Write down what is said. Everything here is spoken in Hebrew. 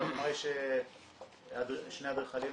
יש שני אדריכלים למשל,